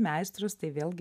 meistrus tai vėlgi